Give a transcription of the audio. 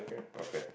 okay